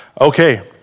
Okay